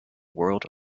world